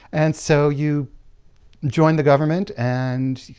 and so, you joined the government and,